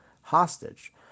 hostage